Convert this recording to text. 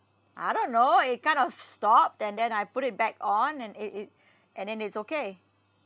I don't know it kind of stopped and then I put it back on and it it and then it's okay